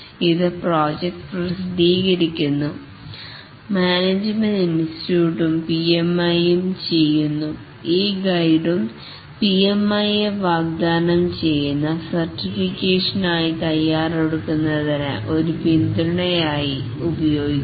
ഇത് പ്രോജക്ട് പ്രസിദ്ധീകരിക്കുന്നു മാനേജ്മെൻറ് ഇൻസ്റ്റിറ്റ്യൂട്ടും PMI യും ചെയ്യുന്നു ഈ ഗൈഡും PMI വാഗ്ദാനം ചെയ്യുന്ന സർട്ടിഫിക്കേഷൻ ആയി തയ്യാറെടുക്കുന്നതിന് ഒരു പിന്തുണയായി ഉപയോഗിക്കുന്നു